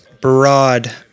broad